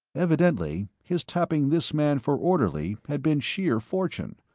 evidently his tapping this man for orderly had been sheer fortune.